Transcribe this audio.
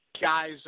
guys